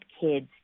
kids